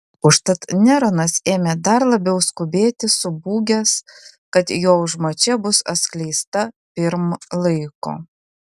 užtat neronas ėmė dar labiau skubėti subūgęs kad jo užmačia bus atskleista pirm laiko